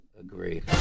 Agree